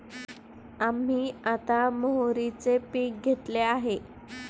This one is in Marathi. आम्ही आता मोहरीचे पीक घेतले आहे